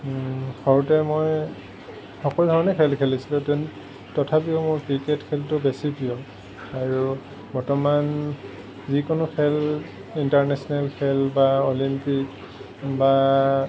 সৰুতে মই সকলো ধৰণৰে খেল খেলিছিলোঁ তথাপিও মোৰ ক্ৰিকেট খেলটো বেছি প্ৰিয় আৰু বৰ্তমান যিকোনো খেল ইণ্টাৰনেচনেল খেল বা অলিম্পিক বা